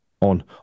on